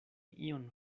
ion